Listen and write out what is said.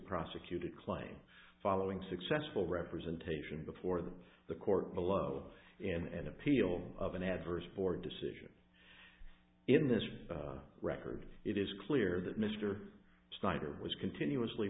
prosecuted claim following successful representation before them the court below in an appeal of an adverse board decision in this record it is clear that mr snyder was continuously